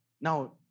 Now